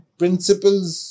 principles